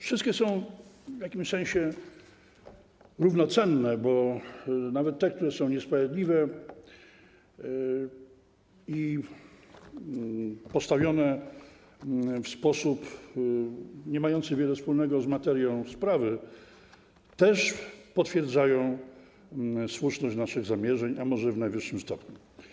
Wszystkie są w jakimś sensie równo cenne, bo nawet te, które są niesprawiedliwe i postawione w sposób niemający wiele wspólnego z materią sprawy, też potwierdzają słuszność naszych zamierzeń, może w najwyższym stopniu.